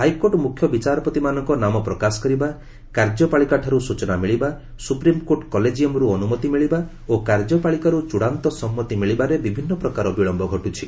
high court ମୁଖ୍ୟବିଚାରପତିମାନଙ୍କ ନାମ ପ୍ରକାଶ କରିବା କାର୍ଯ୍ୟପାଳିକାଠାରୁ ସ୍ଚନା ମିଳିବା ସୁପ୍ରମିକୋର୍ଟ କଲେଜିୟମ୍ରୁ ଅନୁମତି ମିଳିବା ଓ କାର୍ଯ୍ୟପାଳିକାରୁ ଚୂଡ଼ାନ୍ତ ସମ୍ମତି ମିଳିବାରେ ବିଭିନ୍ନ ପ୍ରକାର ବିଳମ୍ଘ ଘଟୁଛି